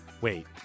Wait